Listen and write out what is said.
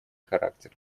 характер